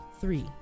three